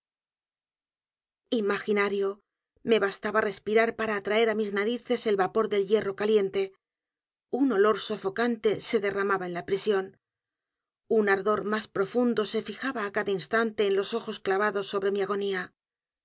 a t r a e r á mis narices el vapor del hierro caliente un olor sofocante se derramaba en la p r i s i ó n un ardor más p r o fundo se fijaba á cada instante en los ojos clavados sobre mi